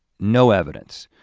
no evidence.